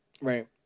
right